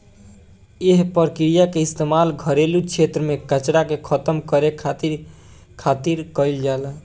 एह प्रक्रिया के इस्तेमाल घरेलू क्षेत्र में कचरा के खतम करे खातिर खातिर कईल जाला